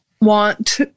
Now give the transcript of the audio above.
want